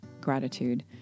gratitude